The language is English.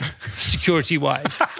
security-wise